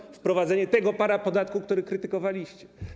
Czyli wprowadzenie tego parapodatku, który krytykowaliście.